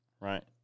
right